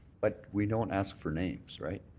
but we don't ask for names, right.